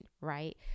right